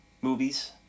movies